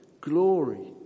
glory